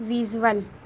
visual